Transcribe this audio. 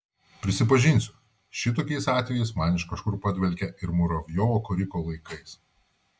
prisipažinsiu šitokiais atvejais man iš kažkur padvelkia ir muravjovo koriko laikais